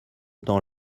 temps